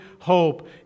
hope